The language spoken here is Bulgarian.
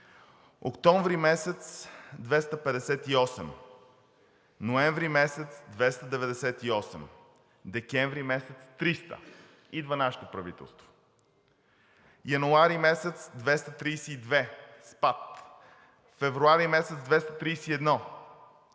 октомври месец – 258, ноември месец – 298, декември месец – 300. Идва нашето правителство: януари месец – 232, спад, февруари месец – 231,